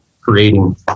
creating